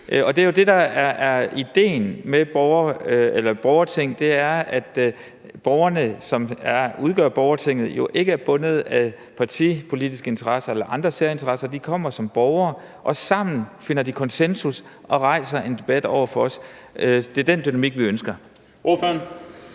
der er ideen med et borgerting, nemlig at borgerne, som udgør borgertinget, ikke er bundet af partipolitiske interesser eller andre særinteresser. De kommer som borgere, og sammen finder de konsensus og rejser en debat over for os. Det er den dynamik, vi ønsker.